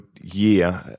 year